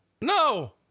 No